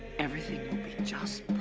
everything will be just